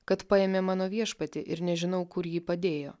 kad paėmė mano viešpatį ir nežinau kur jį padėjo